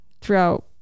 throughout